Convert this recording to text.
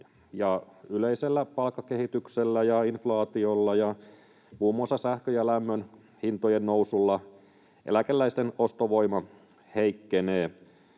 yleisellä palkkakehityksellä, inflaatiolla ja muun muassa sähkön ja lämmön hintojen nousulla eläkeläisten ostovoima heikkenee.